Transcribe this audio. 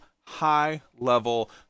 high-level